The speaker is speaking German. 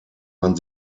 man